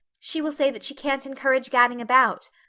she will say that she can't encourage gadding about.